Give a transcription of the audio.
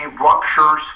ruptures